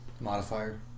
Modifier